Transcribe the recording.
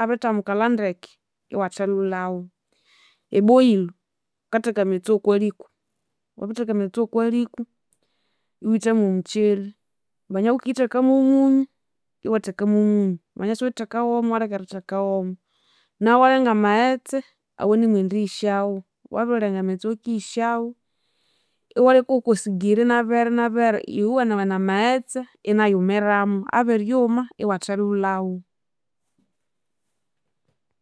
abithamukalha ndeke iwathelhulhawu. Eboilo wukatheka amaghetse wokwaliko wabitheka amaghetse wokwaliko iwuthamu mwomukyeri, mbanya wukithekamwomunyu iwatheka mwomunyu mbanya siwithekawomo iwaleka eritheka womo nawu iwalenga amaghetse awanemwendighisyawu, wabilhenga amaghetse awakighisyawu iwaleka wokwasigiri inabera, iwuwiwenewene amaghetse inayumiramu. Abiryuma iwathelhulhawu